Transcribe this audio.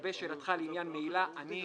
לגבי שאלתך בעניין מעילה אני,